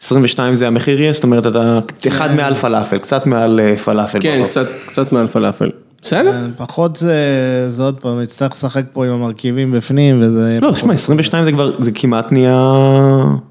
22 זה המחיר יש את אומרת אתה אחד מעל פלאפל קצת מעל פלאפל קצת קצת מעל פלאפל. בסדר, פחות זה זאת פעם קצת לשחק פה עם המרכיבים בפנים וזה 22 זה כמעט נהיה.